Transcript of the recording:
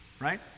right